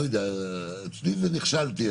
לא יודע, אצלי נכשלתי.